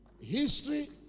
History